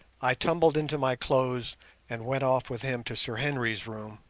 i tumbled into my clothes and went off with him to sir henry's room,